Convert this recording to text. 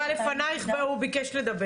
בבקשה.